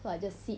so I just sit